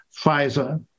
Pfizer